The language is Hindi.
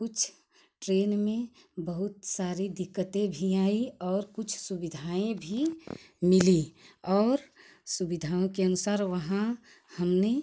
कुछ ट्रेन में बहुत सारी दिक्कते भी आईं और कुछ सुविधाएँ भी मिली और सुविधाओं के अनुसार वहाँ हमने